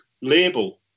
label